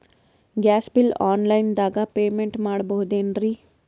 Gas bill online ದಾಗ payment ಮಾಡಬೋದೇನ್ರಿ?